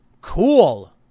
cool